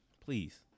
Please